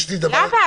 למה?